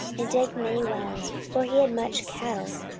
and digged many wells for he had much cattle,